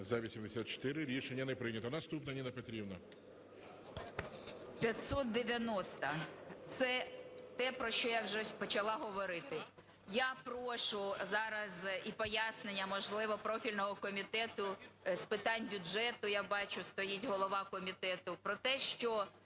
За-84 Рішення не прийнято. Наступна, Ніна Петрівна. 13:51:39 ЮЖАНІНА Н.П. 590-а, це те, про що я вже почала говорити. Я прошу зараз і пояснення, можливо, профільного Комітету з питань бюджету, я бачу стоїть голова комітету, про те, що